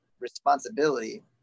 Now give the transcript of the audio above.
Responsibility